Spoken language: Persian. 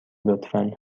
لطفا